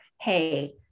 hey